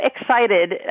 excited